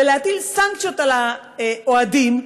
ולהטיל סנקציות על האוהדים,